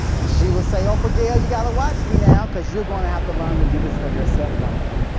and she would say oprah gail, you got to watch me now because you're going to have to learn to do this for yourself one day.